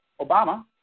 Obama